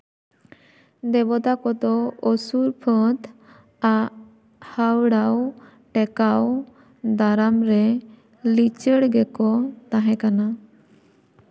ᱫᱮᱵᱚᱛᱟ ᱠᱚᱫᱚ ᱚᱥᱩᱨ ᱯᱷᱟᱹᱫᱽ ᱟᱜ ᱦᱟᱹᱣᱲᱟᱹᱣ ᱴᱮᱠᱟᱣ ᱫᱟᱨᱟᱢ ᱨᱮ ᱞᱤᱪᱟᱹᱲ ᱜᱮᱠᱚ ᱛᱟᱦᱮᱸ ᱠᱟᱱᱟ